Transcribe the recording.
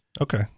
Okay